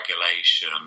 regulation